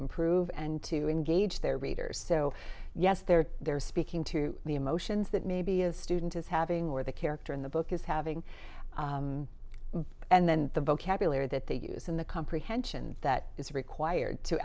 improve and to engage their readers so yes they're they're speaking to the emotions that maybe a student is having or the character in the book is having and then the vocabulary that they use in the comprehension that is required to